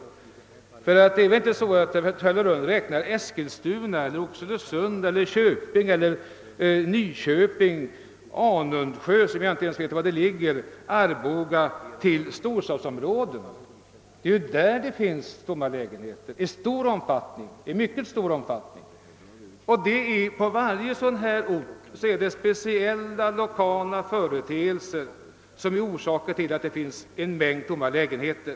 Herr Nilsson i Tvärålund räknar väl inte Eskilstuna, Oxelösund, Köping, Nyköping, Anundsjö — som jag inte ens vet var det ligger — Arboga till storstadsområdena. Där finns det tomma lägenheter i mycket stor omfattning. Och på varje sådan ort är speciella lokala företeelser orsak till att det finns en mängd tomma lägenheter.